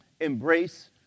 embrace